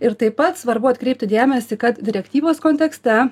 ir taip pat svarbu atkreipti dėmesį kad direktyvos kontekste